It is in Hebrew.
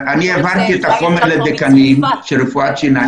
אני העברתי את החומר לדיקני רפואת שיניים.